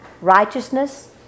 Righteousness